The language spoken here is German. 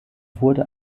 wurde